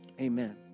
Amen